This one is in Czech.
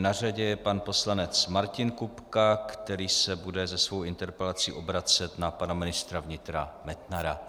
Na řadě je pan poslanec Martin Kupka, který se bude svou interpelací obracet na pana ministra vnitra Metnara.